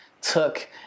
took